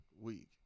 week